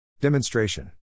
Demonstration